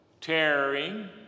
tearing